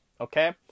Okay